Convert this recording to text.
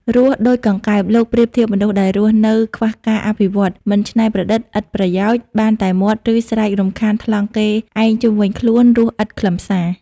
រស់ដូចកង្កែប លោកប្រៀបធៀបមនុស្សដែលរស់នៅខ្វះការអភិវឌ្ឍ មិនច្នៃប្រឌិត ឥតប្រយោជន៍ បានតែមាត់ឬស្រែករំខានថ្លង់គេឯងជុំវិញខ្លួន រស់ឥតខ្លឹមសារ។